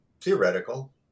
theoretical